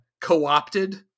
co-opted